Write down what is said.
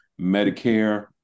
Medicare